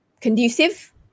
conducive